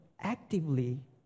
actively